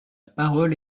parole